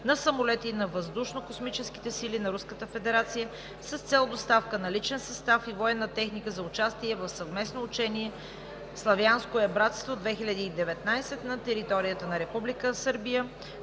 на самолети на Въздушно-космическите сили на Руската Федерация с цел доставка на личен състав и военна техника за участие в съвместно учение „Славянское братство 2019“ на територията на Република